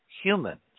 humans